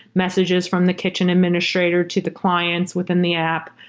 messages from the kitchen administrator to the clients within the app,